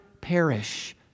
perish